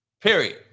period